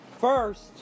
First